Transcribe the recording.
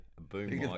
boom